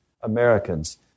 Americans